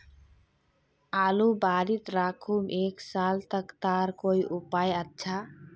आलूर बारित राखुम एक साल तक तार कोई उपाय अच्छा?